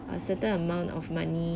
a certain amount of money